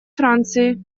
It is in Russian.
франции